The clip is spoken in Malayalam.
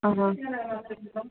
ആ ഹാ